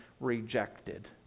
rejected